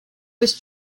was